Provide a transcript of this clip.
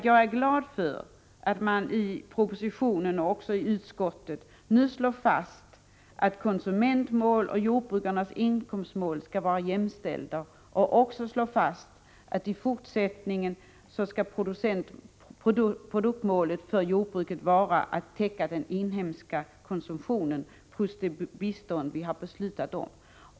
Jag är glad för att man i proposition och i utskottsbetänkande nu slår fast att konsumentmålet och jordbrukarnas inkomstmål skall vara jämställda och att produktmålet för jordbruket i fortsättningen skall vara att täcka den inhemska konsumtionen plus det bistånd som vi beslutat om.